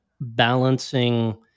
balancing